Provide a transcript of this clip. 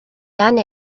done